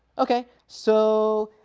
ok so,